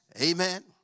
Amen